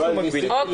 מגבילים.